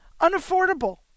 unaffordable